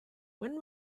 when